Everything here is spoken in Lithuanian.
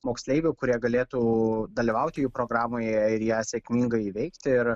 moksleivių kurie galėtų dalyvauti jų programoje ir ją sėkmingai įveikti ir